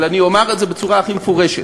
אבל אני אומר את זה בצורה הכי מפורשת: